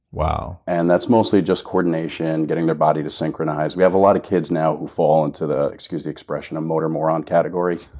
wow. and that's mostly just coordination, getting their body to synchronize. we have a lot of kids now who fall into the, excuse the expression, a motor moron category.